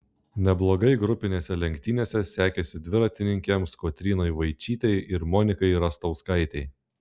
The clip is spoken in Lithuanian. neblogai grupinėse lenktynėse sekėsi dviratininkėms kotrynai vaičytei ir monikai rastauskaitei